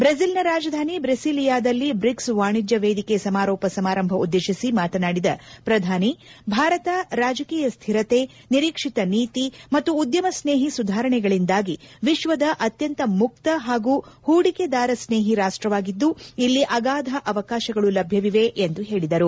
ಬ್ರೆಜಿಲ್ನ ರಾಜಧಾನಿ ಬ್ರೆಸಿಲಿಯಾದಲ್ಲಿ ಬ್ರಿಕ್ಸ್ ವಾಣಿಜ್ಯ ವೇದಿಕೆ ಸಮಾರೋಪ ಸಮಾರಂಭ ಉದ್ದೇಶಿಸಿ ಮಾತನಾದಿದ ಪ್ರಧಾನಿ ಭಾರತ ರಾಜಕೀಯ ಸ್ದಿರತೆ ನಿರೀಕ್ಷಿತ ನೀತಿ ಮತ್ತು ಉದ್ಯಮ ಸ್ತೇಹಿ ಸುಧಾರಣೆಗಳಿಂದಾಗಿ ವಿಶ್ವದ ಅತ್ಯಂತ ಮುಕ್ತ ಹಾಗೂ ಹೂಡಿಕೆದಾರ ಸ್ತೇಹಿ ರಾಷ್ಟವಾಗಿದ್ದು ಇಲ್ಲಿ ಅಗಾಧ ಅವಕಾಶಗಳು ಲಭ್ಯವಿದೆ ಎಂದು ಹೇಳಿದರು